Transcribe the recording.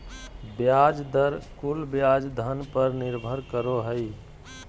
ब्याज दर कुल ब्याज धन पर निर्भर करो हइ